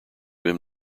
him